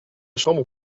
chambre